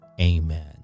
Amen